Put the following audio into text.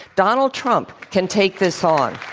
donald trump can take this on.